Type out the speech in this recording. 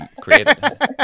created